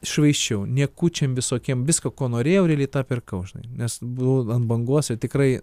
švaisčiau niekučiam visokiem viską ko norėjau realiai tą pirkau žinai nes buvau ant bangos ir tikrai